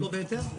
לא בהיתר?